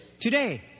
Today